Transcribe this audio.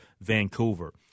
Vancouver